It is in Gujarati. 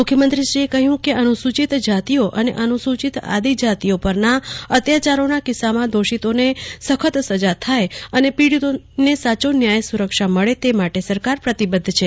મુખ્યમંત્રીશ્રીએ કહ્યું કે અનુસૂચિત જાતિઓ અને અનુસૂચિત આદિજાતિઓ પરના અત્યાચારોના કિસ્સામાં દોષિતોને સખત સજા થાય અને પીડિતોને સાચો ન્યાય સુરક્ષા મળે તે માટે સરકાર પ્રતિબધ્ધ છે